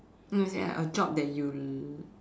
mm ya a job that you l~